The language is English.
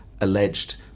alleged